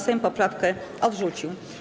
Sejm poprawkę odrzucił.